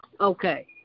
Okay